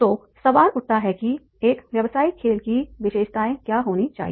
तो सवाल उठता है कि एक व्यावसायिक खेल की विशेषताएं क्या होनी चाहिए